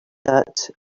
that